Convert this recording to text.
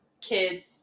kids